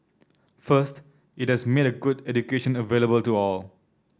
first it has made a good education available to all